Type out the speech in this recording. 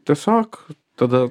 tiesiog tada